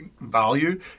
value